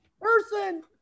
person